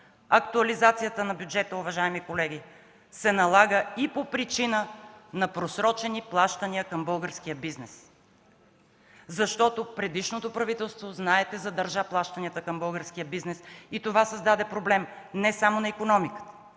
актуализацията на бюджета, уважаеми колеги, се налага и по причина на просрочени плащания към българския бизнес. Защото знаете, предишното правителство задържа плащанията към българския бизнес и това създаде проблем не само на икономиката,